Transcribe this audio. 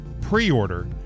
pre-order